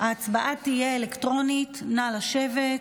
ההצבעה תהיה אלקטרונית, נא לשבת.